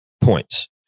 points